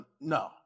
no